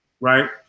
right